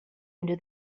into